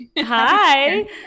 hi